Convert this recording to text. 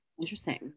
interesting